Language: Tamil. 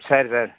சரி சார்